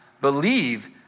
believe